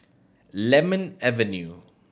Lemon Avenue